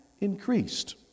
increased